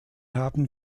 haben